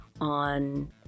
on